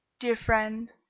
dear friend,